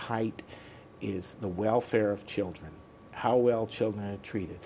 height is the welfare of children how well children are treated